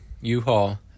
U-Haul